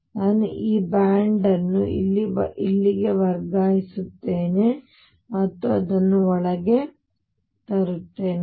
ಹಾಗಾಗಿ ನಾನು ಈ ಬ್ಯಾಂಡ್ ಅನ್ನು ಇಲ್ಲಿಗೆ ವರ್ಗಾಯಿಸುತ್ತೇನೆ ಮತ್ತು ಅದನ್ನು ಒಳಗೆ ತರುತ್ತೇನೆ